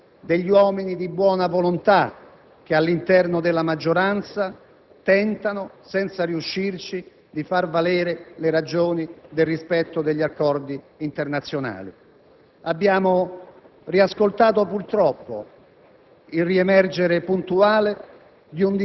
Cari colleghi, gli alleati che compongono questa maggioranza, in questi mesi, ma a dire il vero in questi ultimi anni, hanno più volte dimostrato che in politica estera non hanno una linea unitaria. Questo è il punto fondamentale.